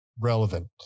relevant